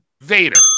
Vader